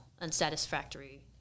unsatisfactory